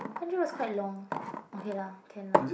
Andrew was quite long okay lah can lah